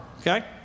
okay